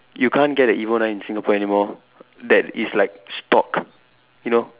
you can't get a evo nine in Singapore anymore that is like stocked you know